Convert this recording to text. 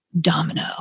domino